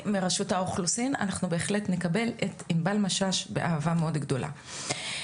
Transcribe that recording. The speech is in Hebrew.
אנחנו בהחלט נקבל אותה באהבה מאוד גדולה.